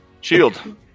Shield